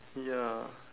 ya